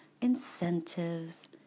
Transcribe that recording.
incentives